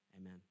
amen